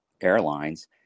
Airlines